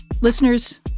Listeners